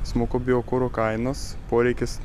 smuko biokuro kainos poreikis